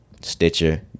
Stitcher